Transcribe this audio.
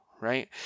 right